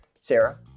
Sarah